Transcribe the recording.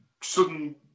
sudden